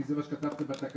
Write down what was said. כי זה מה שכתבתם בתקנות,